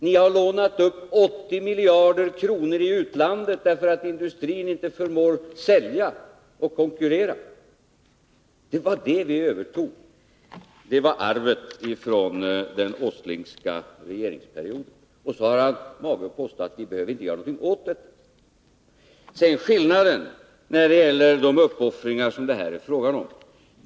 Ni har lånat upp 80 miljarder kronor i utlandet därför att industrin inte förmår sälja och konkurrera. Det var det vi övertog. Det var arvet ifrån den Åslingska regeringsperioden. Så har Nils Åsling mage att påstå att vi inte behöver göra någonting åt detta. Sedan några ord om skillnaden när det gäller de uppoffringar som det här är fråga om.